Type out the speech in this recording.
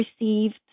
received